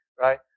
Right